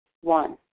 One